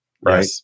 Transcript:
Right